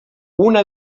una